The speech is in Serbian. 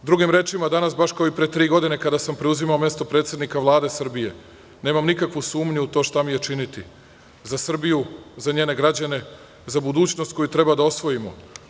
Drugim rečima, danas, baš kao i pre tri godine, kada sam preuzimao mesto predsednika Vlade Srbije, nemam nikakvu sumnju u to šta mi je činiti za Srbiju, za njene građane, za budućnost koju treba da osvojimo.